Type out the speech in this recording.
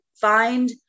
find